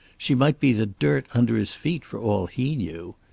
she might be the dirt under his feet for all he knew.